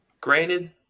Granted